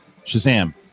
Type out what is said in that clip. Shazam